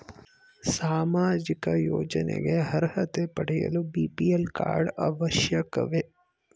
ಸಾಮಾಜಿಕ ಯೋಜನೆಗೆ ಅರ್ಹತೆ ಪಡೆಯಲು ಬಿ.ಪಿ.ಎಲ್ ಕಾರ್ಡ್ ಅವಶ್ಯಕವೇ?